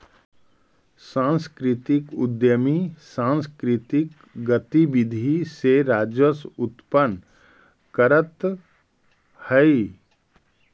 सांस्कृतिक उद्यमी सांकृतिक गतिविधि से राजस्व उत्पन्न करतअ हई